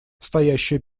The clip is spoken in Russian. стоящие